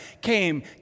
came